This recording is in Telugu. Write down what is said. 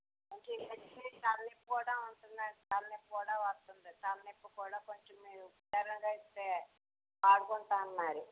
తలనొప్పి కూడా ఉంటోంది తలనొప్పి కూడా వస్తుందండి తలనొప్పి కూడా కొంచం అన్నారు